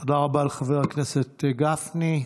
תודה רבה לחבר הכנסת גפני.